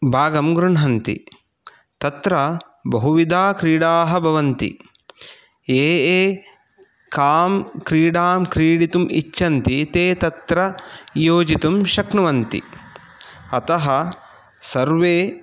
भागं गृह्णन्ति तत्र बहुविधाः क्रीडाः भवन्ति ये ये कां क्रीडां क्रीडितुम् इच्छन्ति ते तत्र योजितुं शक्नुवन्ति अतः सर्वे